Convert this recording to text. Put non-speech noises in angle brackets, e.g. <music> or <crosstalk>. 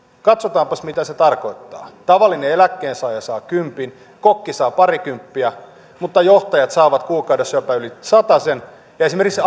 katsotaanpas mitä se tarkoittaa tavallinen eläkkeensaaja saa kympin kokki saa parikymppiä mutta johtajat saavat kuukaudessa jopa yli satasen ja esimerkiksi <unintelligible>